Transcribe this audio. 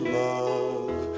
love